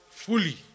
Fully